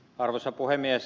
arvoisa puhemies